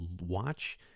watch